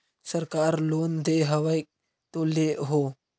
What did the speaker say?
सरकार लोन दे हबै तो ले हो?